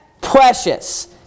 precious